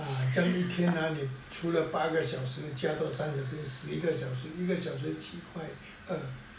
啊一天啊你除了八个小时加多三个小时十一个小时七块二